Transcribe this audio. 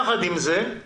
יחד עם זה,